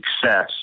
success